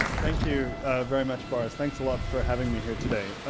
thank you very much boris. thanks a lot for having me here today.